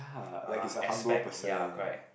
(uh huh) aspect ya correct